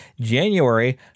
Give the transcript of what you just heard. January